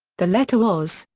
the letter was,